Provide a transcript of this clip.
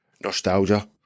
nostalgia